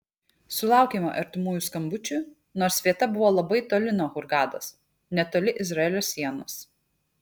sulaukėme artimųjų skambučių nors vieta buvo labai toli nuo hurgados netoli izraelio sienos